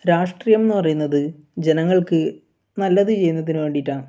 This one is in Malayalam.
രാഷ്ട്രീയംന്ന് പറയുന്നത് ജനങ്ങൾക്ക് നല്ലത് ചെയ്യുന്നതിന് വേണ്ടിട്ടാണ്